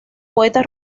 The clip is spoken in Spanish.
poeta